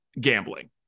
gambling